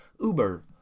Uber